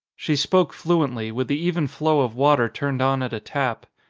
she spoke fluently with the even flow of water turned on at a tap.